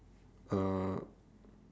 uh